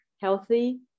healthy